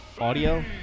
audio